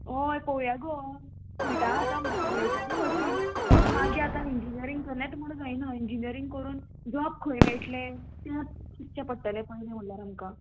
हय पोवया गो सिटां आतां मेयटलीं खरी पूण मागीर आतां इंजिनियरींग केलेंत म्हूण जायना इंजिनियरींग करून जॉब खंय मेयटले तें चिंतचें पडटलें पयलें म्हणल्यार आमकां